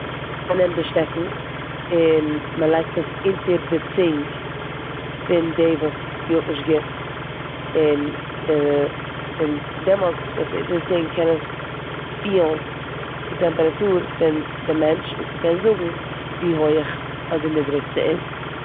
מ'נעמט די שטעקן און מ'לייגט עס אונטער די צונג פון די וואס פילט נישט גוט און די- און דעמאלטס ווען ס'איז אונטער די צונג קען עס פילן די טעמפעראטור פון די מענטש און ס'קען זאגן ווי הויעך אדער נידריג ס'איז.